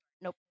Nope